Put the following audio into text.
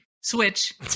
Switch